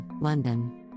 London